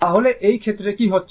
তাহলে এই ক্ষেত্রে কি হচ্ছে